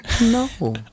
No